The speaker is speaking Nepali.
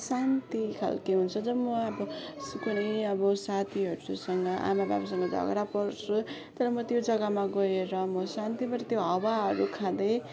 शान्ति खालको हुन्छ जब म अब कुनै अब साथीहरूसँग आमा बाबासँग झगडा पर्छु तर म त्यो जग्गामा गएर म शान्ति फेरि त्यो हावाहरू खाँदै